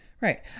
Right